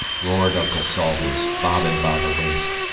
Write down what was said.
roared uncle salters, bobbing by the waist.